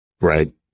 Right